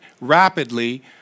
rapidly